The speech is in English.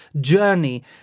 journey